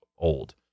old